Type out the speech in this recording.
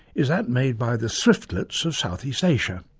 is that made by the swiftlets of southeast asia.